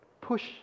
push